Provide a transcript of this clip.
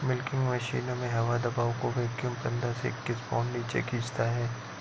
milking मशीनों में हवा दबाव को वैक्यूम पंद्रह से इक्कीस पाउंड नीचे खींचता है